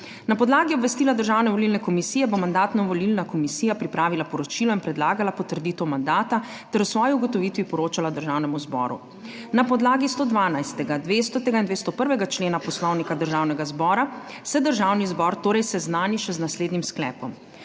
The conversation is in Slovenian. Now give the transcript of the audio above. Na podlagi obvestila Državne volilne komisije bo Mandatno-volilna komisija pripravila poročilo in predlagala potrditev mandata ter o svoji ugotovitvi poročala Državnemu zboru. Na podlagi 112., 200. in 201. člena Poslovnika Državnega zbora se Državni zbor torej seznani še z naslednjim sklepom: